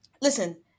Listen